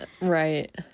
Right